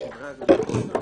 שאלו מה האיזון הנכון בין